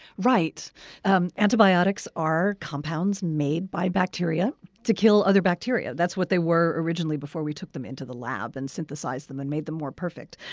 um antibiotics are compounds made by bacteria to kill other bacteria. that's what they were originally before we took them into the lab and synthesized them and made them more perfect.